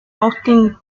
austin